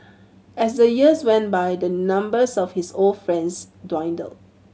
as the years went by the numbers of his old friends dwindled